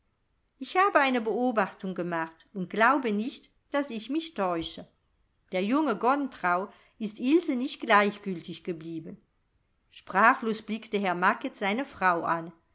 ich habe eine beobachtung gemacht und glaube nicht daß ich mich täusche der junge gontrau ist ilse nicht gleichgültig geblieben sprachlos blickte herr macket seine frau an